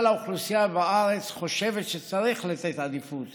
האוכלוסייה בארץ חושבים שצריך לתת עדיפות